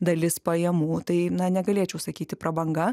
dalis pajamų tai na negalėčiau sakyti prabanga